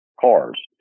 cars